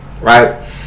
right